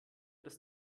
des